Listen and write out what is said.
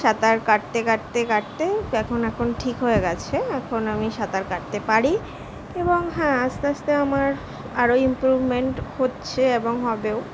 সাঁতার কাটতে কাটতে কাটতে এখন এখন ঠিক হয়ে গিয়েছে এখন আমি সাঁতার কাটতে পারি এবং হ্যাঁ আস্তে আস্তে আমার আরো ইমপ্রুভমেন্ট হচ্ছে এবং হবেও